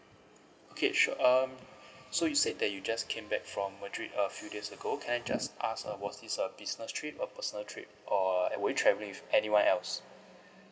okay sure um so you said that you just came back from madrid a few days ago can I just ask uh was this a business trip a personal trip or uh were you travelling with anyone else